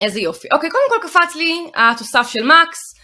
איזה יופי. אוקיי, קודם כל קפץ לי התוסף של מקס.